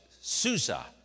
Susa